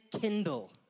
kindle